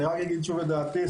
אני רק אגיד שוב את דעתי.